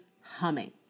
humming